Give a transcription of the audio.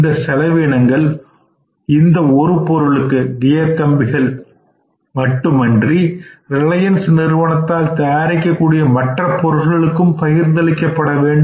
இந்த செலவினங்கள் இந்த ஒரு பொருளுக்கு கியர் கம்பிகள் மட்டுமன்றி ரிலையன்ஸ் நிறுவனத்தால் தயாரிக்கக் கூடிய மற்ற பொருட்களுக்கும் அது பகிர்ந்தளிக்கப்பட வேண்டும்